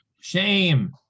Shame